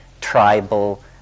tribal